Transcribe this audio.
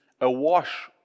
awash